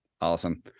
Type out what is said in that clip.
Awesome